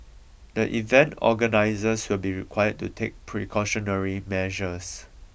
the event organisers will be required to take precautionary measures